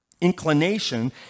inclination